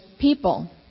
people